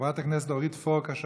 חברת הכנסת אורית פרקש-הכהן.